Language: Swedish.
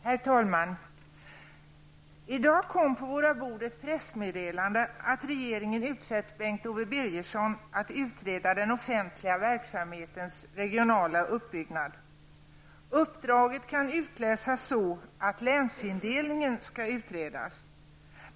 Herr talman! I dag kom på våra bord ett pressmeddelande om att regeringen utsett Bengt Owe Birgersson att utreda den offentliga verksamhetens regionala uppbyggnad. Uppdraget kan utläsas så, att länsindelningen skall utredas.